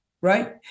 right